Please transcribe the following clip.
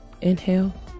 Inhale